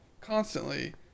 constantly